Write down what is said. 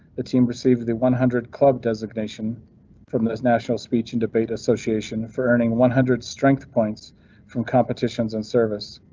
the team received the one hundred club designation from this national speech and debate association for earning one hundred strength points from competitions and service.